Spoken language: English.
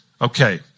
Okay